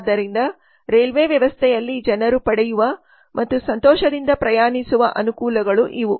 ಆದ್ದರಿಂದ ರೈಲ್ವೆ ವ್ಯವಸ್ಥೆಯಲ್ಲಿ ಜನರು ಪಡೆಯುವ ಮತ್ತು ಸಂತೋಷದಿಂದ ಪ್ರಯಾಣಿಸುವ ಅನುಕೂಲಗಳು ಇವು